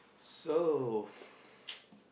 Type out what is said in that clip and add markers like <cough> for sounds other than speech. so <breath> <noise>